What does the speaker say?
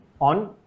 on